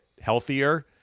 healthier